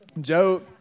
Joe